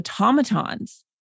automatons